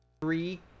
three